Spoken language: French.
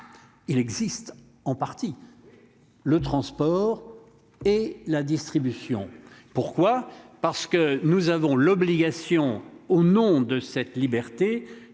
Il existe en partie. Le transport et la distribution. Pourquoi parce que nous avons l'obligation au nom de cette liberté